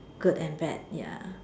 good and bad ya